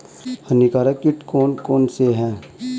हानिकारक कीट कौन कौन से हैं?